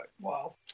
wow